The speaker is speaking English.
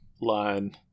line